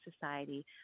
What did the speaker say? society